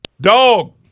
Dog